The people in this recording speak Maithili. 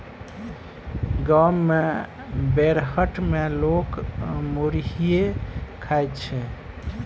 गाम मे बेरहट मे लोक मुरहीये खाइ छै